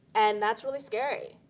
and that's really scary.